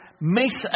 makes